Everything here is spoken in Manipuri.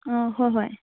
ꯑꯥ ꯍꯣꯏ ꯍꯣꯏ